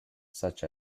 such